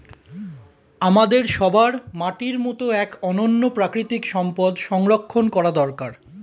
আমাদের সবার মাটির মতো এক অনন্য প্রাকৃতিক সম্পদ সংরক্ষণ করা দরকার